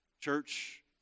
Church